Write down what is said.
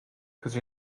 cause